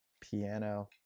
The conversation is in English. piano